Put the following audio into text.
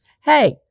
hey